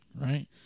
right